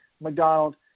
McDonald